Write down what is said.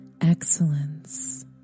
excellence